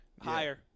Higher